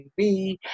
TV